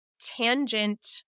tangent